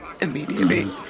immediately